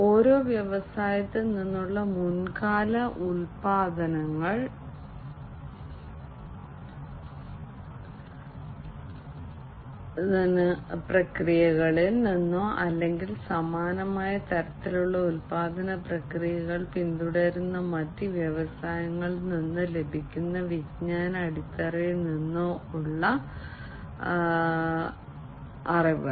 ഒരേ വ്യവസായത്തിൽ നിന്നുള്ള മുൻകാല ഉൽപ്പാദന പ്രക്രിയകളിൽ നിന്നോ മറ്റ് യൂണിറ്റുകളിൽ നിലവിലുള്ള ഉൽപ്പാദന പ്രക്രിയകളിൽ നിന്നോ അല്ലെങ്കിൽ സമാനമായ തരത്തിലുള്ള ഉൽപ്പാദന പ്രക്രിയകൾ പിന്തുടരുന്ന മറ്റ് വ്യവസായങ്ങളിൽ നിന്ന് ലഭിക്കുന്ന വിജ്ഞാന അടിത്തറയിൽ നിന്നോ ഉള്ള അറിവ്